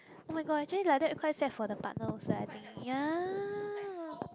oh-my-god actually like that quite sad for the partner also I think ya